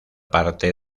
parte